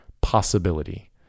possibility